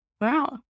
Wow